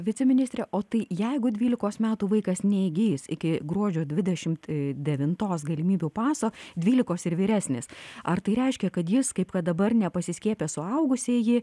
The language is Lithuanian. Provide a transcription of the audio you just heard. viceministre o tai jeigu dvylikos metų vaikas neįgis iki gruodžio dvidešimt devintos galimybių paso dvylikos ir vyresnis ar tai reiškia kad jis kaip kad dabar nepasiskiepiję suaugusieji